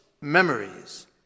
memories